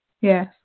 Yes